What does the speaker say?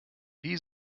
wie